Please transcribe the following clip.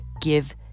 give